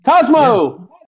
Cosmo